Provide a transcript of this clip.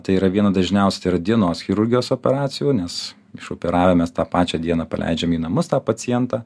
tai yra viena dažniausių dienos chirurgijos operacijų nes išoperavę mes tą pačią dieną paleidžiame į namus tą pacientą